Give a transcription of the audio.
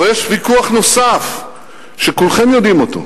אבל יש ויכוח נוסף שכולכם יודעים אותו,